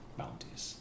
bounties